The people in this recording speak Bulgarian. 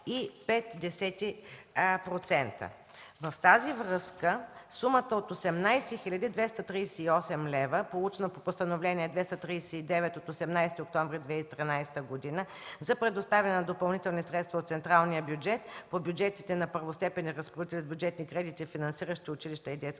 В тази връзка сумата от 18 238 лв., получена по Постановление № 239 от 18 октомври 2013 г. за предоставяне на допълнителни средства от централния бюджет по бюджетите на първостепенни разпоредители с бюджетни кредити, финансиращи училища и детски